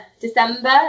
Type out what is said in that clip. December